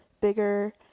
bigger